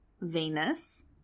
Venus